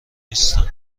نیستم